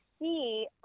see